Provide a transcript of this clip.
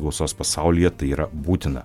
gausos pasaulyje tai yra būtina